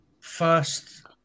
first